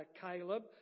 Caleb